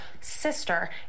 sister